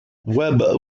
webb